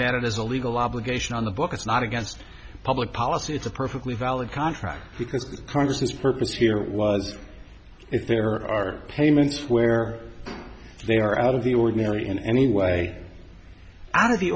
had it as a legal obligation on the books not against public policy it's a perfectly valid contract because congress has purpose here was if there are payments where they are out of the ordinary in any way out of the